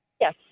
Yes